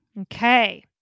Okay